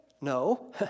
No